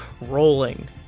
rolling